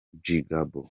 gbagbo